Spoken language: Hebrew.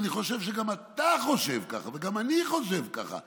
ואני חושב שגם אתה חושב כך וגם אני חושב כך ואחרים,